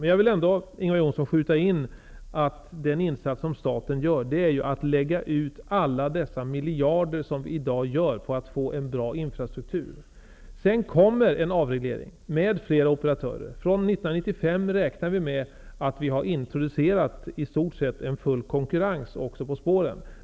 Men jag vill ändå, Ingvar Johnsson, skjuta in, att staten satsar många miljarder för att få till stånd en bra infrastruktur. Vidare kommer det att genomföras en avreglering med sikte på flera operatörer. Vi räknar med att år 1995 ha introducerat i stort sett full konkurrens också på spåren.